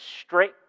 straight